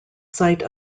site